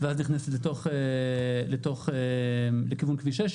נכנסת לכיוון כביש 6,